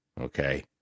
Okay